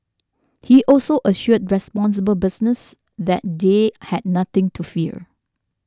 he also assured responsible business that they had nothing to fear